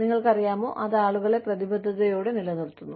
നിങ്ങൾക്കറിയാമോ അത് ആളുകളെ പ്രതിബദ്ധതയോടെ നിലനിർത്തുന്നു